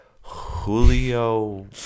Julio